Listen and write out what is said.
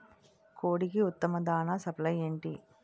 కోడికి ఉత్తమ దాణ సప్లై ఏమిటి?